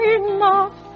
enough